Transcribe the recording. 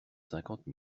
cinquante